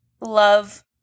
love